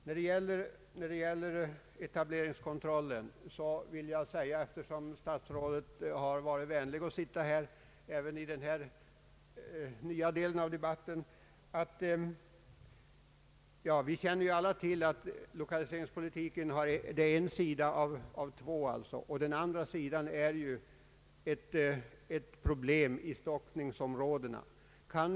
När det gäller etableringskontrollen vill jag säga, eftersom statsrådet Holmqvist varit vänlig nog att sitta här i kammaren även under denna del av debatten, att vi alla känner till att lokaliseringspolitiken är en sida av två och att den andra sidan är problemen i storstadsområdena.